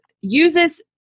uses